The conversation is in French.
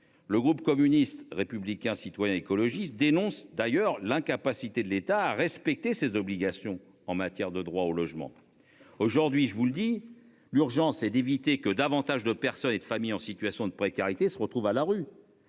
le groupe communiste, républicain, citoyen et écologiste dénonce d'ailleurs l'incapacité de l'État à respecter ses obligations en matière de droit au logement. Aujourd'hui, je vous le dis. L'urgence est d'éviter que davantage de personnes et de familles en situation de précarité se retrouvent à la rue.